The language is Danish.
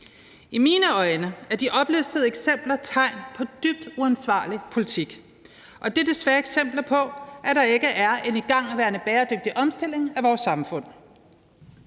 I mine øjne er de oplistede eksempler tegn på en dybt uansvarlig politik, og det er desværre eksempler på, at der ikke er en igangværende bæredygtig omstilling af vores samfund,